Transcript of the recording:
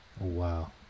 Wow